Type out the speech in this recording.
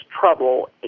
trouble